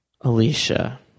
Alicia